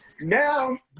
Now